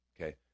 Okay